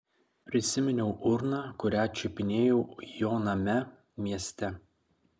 prisiminiau urną kurią čiupinėjau jo name mieste